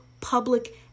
public